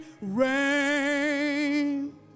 rain